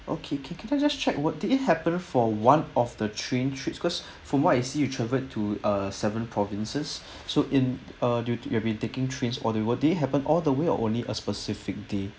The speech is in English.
okay can can I just check what did it happen for one of the train trip because from what I see you travelled to ah seven provinces so in uh you you have been taking trains or they were did it happen all the way or only a specific day